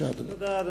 תודה.